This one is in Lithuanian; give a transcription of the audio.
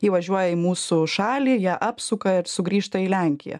įvažiuoja į mūsų šalį ją apsuka ir sugrįžta į lenkiją